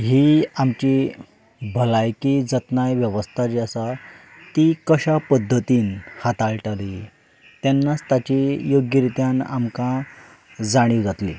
ही आमची भलायकी जतनाय वेवस्था जी आसा ती कशा पद्दतीन हाताळटली तेन्नाच ताची योग्य रितीन आमकां जाणीव जातली